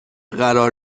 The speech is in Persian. قرار